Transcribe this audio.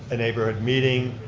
and neighborhood meeting.